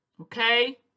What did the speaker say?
Okay